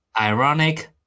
ironic